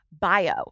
bio